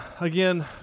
Again